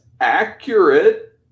accurate